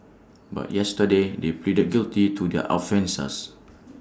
but yesterday they pleaded guilty to their offences